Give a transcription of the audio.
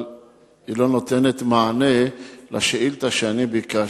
אבל היא לא נותנת מענה על השאילתא שאני שאלתי.